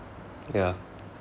ya